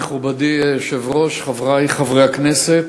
מכובדי היושב-ראש, תודה רבה, חברי חברי הכנסת,